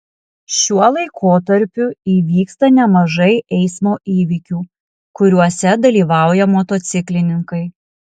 šiuo laikotarpiu įvyksta nemažai eismo įvykių kuriuose dalyvauja motociklininkai